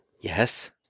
Yes